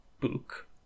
book